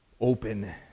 open